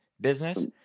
business